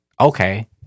Okay